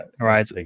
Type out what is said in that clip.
right